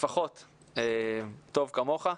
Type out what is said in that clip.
לפחות טוב כמוך.